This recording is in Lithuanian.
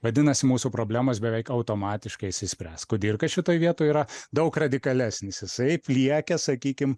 vadinasi mūsų problemos beveik automatiškai išsispręs kudirka šitoj vietoj yra daug radikalesnis jisai pliekia sakykim